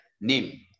name